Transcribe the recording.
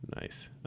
Nice